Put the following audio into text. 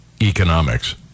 economics